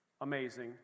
Amazing